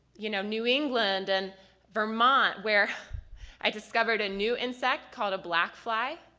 you know, new england and vermont where i discovered a new insect called a black fly.